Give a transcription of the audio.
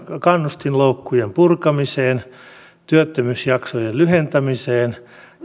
kannustinloukkujen purkamiseen työttömyysjaksojen lyhentämiseen